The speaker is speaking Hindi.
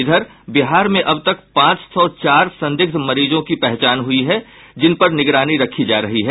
इधर बिहार में अब तक पांच सौ चार संदिग्ध मरीजों की पहचान हुयी है जिन पर निगरानी रखी जा रही है